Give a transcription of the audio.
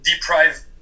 deprive